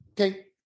okay